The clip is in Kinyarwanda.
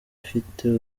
afite